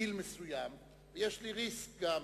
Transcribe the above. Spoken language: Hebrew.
בגיל מסוים, יש לי risk גם.